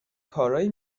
کارایی